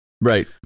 Right